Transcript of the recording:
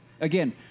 Again